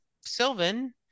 Sylvan